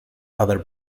other